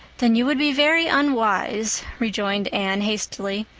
then you would be very unwise, rejoined anne hastily.